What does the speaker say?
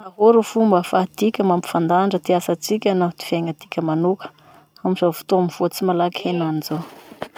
Ahoa ro fomba ahafahatika mampifandanja ty asatsika noho ty fiagnatika manoka amizao fotoa mivoatsy malaky henany zao?